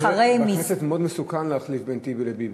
בכנסת מאוד מסוכן להחליף בין טיבי לביבי.